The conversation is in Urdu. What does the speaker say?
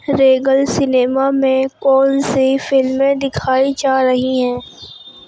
ریگل سنیما میں کون سی فلمیں دکھائی جا رہی ہیں